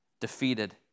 defeated